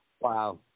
Wow